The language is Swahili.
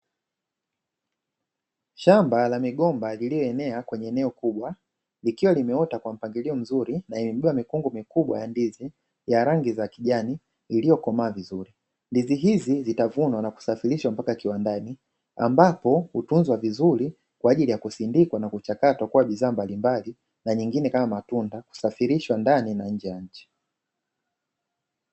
Shamba la migomba lililoenea kwenye eneo kubwa, ikiwa limeota kwa mpangilio mzuri na imebeba mikungu mikubwa ya ndizi ya rangi za kijani iliyokomaa vizuri. Ndizi hizi zitavunwa na kusafirishwa mpaka kiwandani, ambapo utunzwa vizuri kwa ajili ya kusindikwa na kuchakatwa kuwa bidhaa mbalimbali, na nyingine kama matunda kusafirishwa ndani na nje ya nchi.